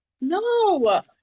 No